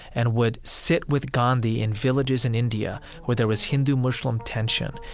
and would sit with gandhi in villages in india where there was hindu-muslim tension,